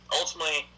ultimately